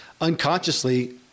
unconsciously